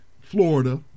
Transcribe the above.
Florida